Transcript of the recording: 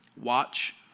Watch